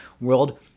world